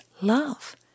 love